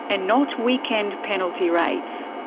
and not weekend penalty rates.